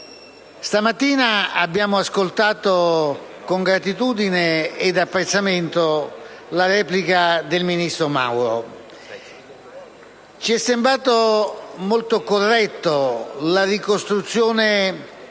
Stamattina abbiamo ascoltato con gratitudine ed apprezzamento la replica del ministro Mauro. Ci è sembrata molto corretta la ricostruzione